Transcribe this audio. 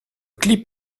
clip